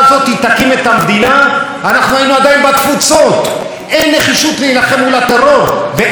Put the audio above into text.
אין נחישות להילחם מול הטרור ואין נחישות גם להוביל להסדרה מדינית.